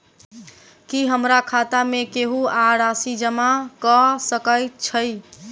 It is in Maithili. की हमरा खाता मे केहू आ राशि जमा कऽ सकय छई?